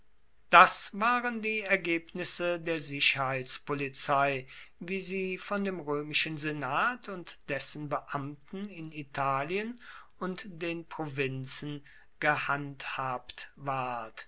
das waren die ergebnisse der sicherheitspolizei wie sie von dem römischen senat und dessen beamten in italien und den provinzen gehandhabt ward